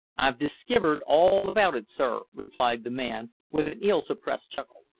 i've diskivered all about it sir, replied the man, with an ill-suppressed chuckle.